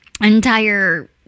entire